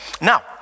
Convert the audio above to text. Now